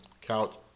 couch